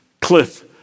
Cliff